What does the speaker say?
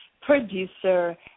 producer